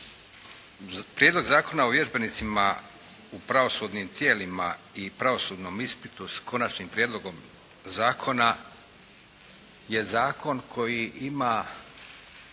Prijedlog zakona o vježbenicima u pravosudnim tijelima i pravosudnom ispitu, s Konačnim prijedlogom zakona je zakon koji ima